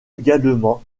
également